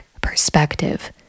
perspective